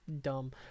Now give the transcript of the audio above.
dumb